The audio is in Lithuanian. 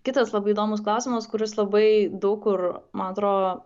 kitas labai įdomus klausimas kuris labai daug kur man atrodo